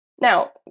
Now